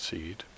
Seed